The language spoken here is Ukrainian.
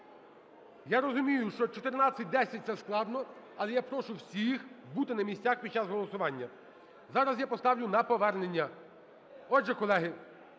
Я розумію, що в 14:10 це складно, але я прошу всіх бути на місцях під час голосування. Зараз я поставлю на повернення. Отже, колеги,